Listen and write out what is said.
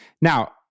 Now